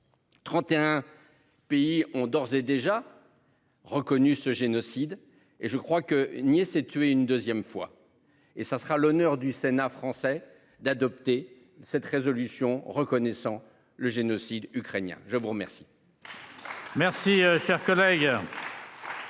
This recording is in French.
31 pays ont d'ores et déjà. Reconnu ce génocide et je crois que nier c'est tuer une 2ème fois et ça sera l'honneur du Sénat français d'adopter cette résolution reconnaissant le génocide ukrainien. Je vous remercie.